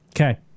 Okay